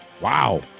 wow